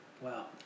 wow